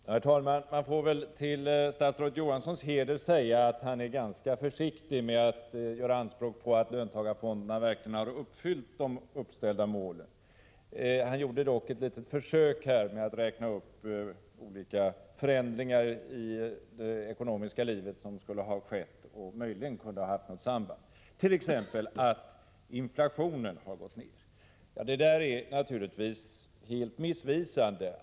Herr talman! Jag får väl till statsrådet Johanssons heder säga att han är ganska försiktig med att göra anspråk på att löntagarfonderna verkligen har uppfyllt de uppställda målen. Han gjorde dock ett litet försök genom att räkna upp olika förändringar i det ekonomiska livet som skulle ha skett och möjligen haft något samband med löntagarfonderna, t.ex. att inflationen har gått ned. Det är naturligtvis helt missvisande.